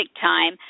time